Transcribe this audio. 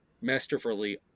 masterfully